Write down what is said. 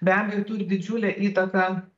be abejo turi didžiulę įtaką